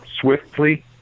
swiftly